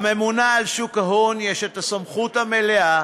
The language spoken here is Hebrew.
לממונה על שוק ההון יש את הסמכות המלאה